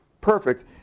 perfect